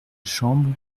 chambre